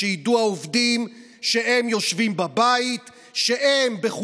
שידעו העובדים שהם יושבים בבית,